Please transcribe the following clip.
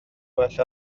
well